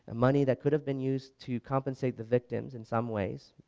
money that could have been used to compensate the victims in some ways,